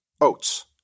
oats